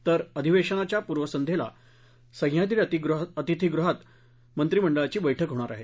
तर अधिवेशनाच्या पूर्वसंध्येला सह्याद्री अतिथीगृहात मंत्रीमंडळाची बैठक डोणार आहे